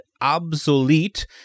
obsolete